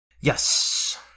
Yes